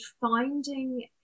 finding